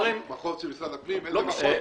כהן-פארן, בבקשה.